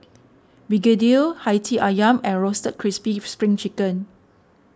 Begedil Hati Ayam and Roasted Crispy Spring Chicken